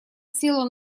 села